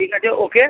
ঠিক আছে ওকে